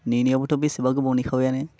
नेनायावबोथ' बेसेबा गोबाव नेखाबायानो